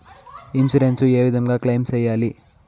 Insurance ఏ విధంగా claim సేయాలి?